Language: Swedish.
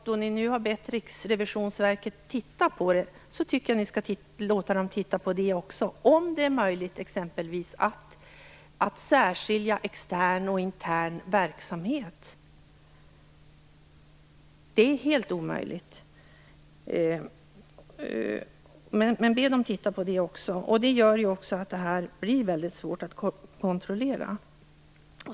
Då ni nu har bett Riksrevisionsverket att se över frågan tycker jag att ni också skall låta Riksrevisionsverket se över om det är möjligt att särskilja intern och extern verksamhet. Det är i dag helt omöjligt, vilket gör att det hela blir svårkontrollerbart.